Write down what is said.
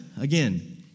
again